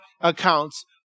accounts